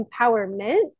empowerment